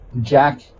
Jack